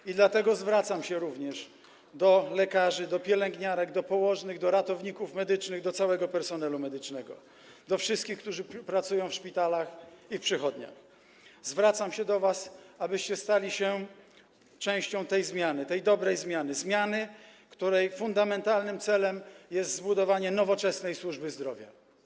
I dlatego zwracam się również do lekarzy, do pielęgniarek, do położnych, do ratowników medycznych, do całego personelu medycznego, do wszystkich, którzy pracują w szpitalach i przychodniach, zwracam się do was, abyście stali się częścią tej zmiany, tej dobrej zmiany, zmiany, której fundamentalnym celem jest zbudowanie nowoczesnej służby zdrowia.